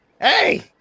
hey